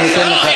אני אתן לך.